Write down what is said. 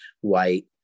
white